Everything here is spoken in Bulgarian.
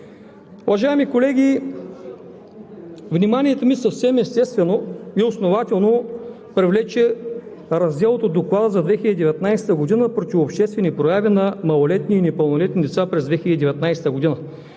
Уважаеми колеги, вниманието ми съвсем естествено и основателно привлече разделът от Доклада за 2019 г. „Противообществени прояви на малолетни и непълнолетни деца през 2019 г.“.